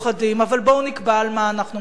אבל בואו נקבע על מה אנחנו מאוחדים.